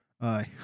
Aye